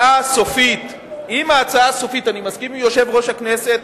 אני מסכים עם יושב-ראש הכנסת,